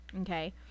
Okay